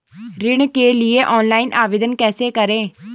ऋण के लिए ऑनलाइन आवेदन कैसे करें?